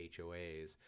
HOAs